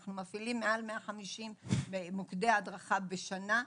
שאנחנו מפעילים מעל 150 מוקדי הדרכה בשנה,